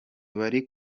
bari